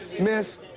miss